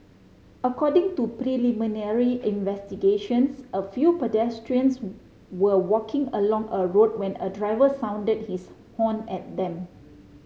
according to preliminary investigations a few pedestrians were walking along a road when a driver sounded his horn at them